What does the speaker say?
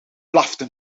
blafte